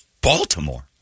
Baltimore